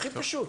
הכי פשוט.